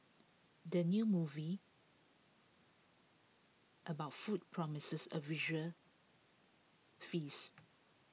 the new movie about food promises A visual feast